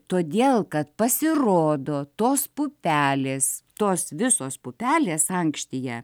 todėl kad pasirodo tos pupelės tos visos pupelės ankštyje